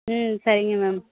ம் சரிங்க மேம்